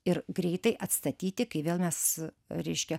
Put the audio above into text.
ir greitai atstatyti kai vėl mes reiškia